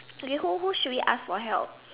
okay who who should we ask for help